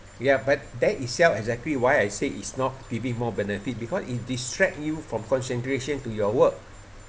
ya but that itself exactly why I said is not giving more benefit because it distract you from concentration to your work